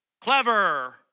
Clever